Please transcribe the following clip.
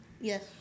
Yes